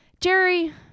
Jerry